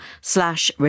slash